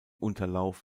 unterlauf